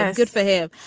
ah good for him.